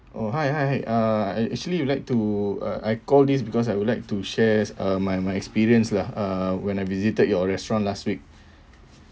oh hi hi hi uh I actually would like to uh I call this because I would like to share s~ my my experience lah uh when I visited your restaurant last week